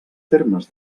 termes